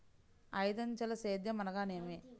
ఐదంచెల సేద్యం అనగా నేమి?